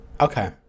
Okay